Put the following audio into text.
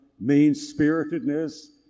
mean-spiritedness